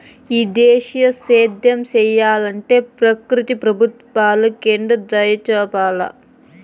ఈ దేశీయ సేద్యం సెయ్యలంటే ప్రకృతి ప్రభుత్వాలు కెండుదయచూపాల